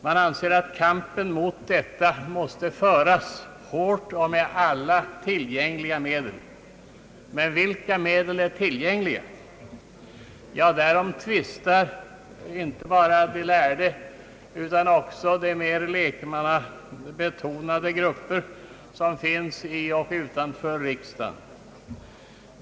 Man anser att kampen mot denna måste föras med alla tillgängliga medel. Men vilka medel är tillgängliga? Därom tvistar inte bara de lärde utan också de mera lekmannabetonade grupper som finns inom och utanför riksdagen.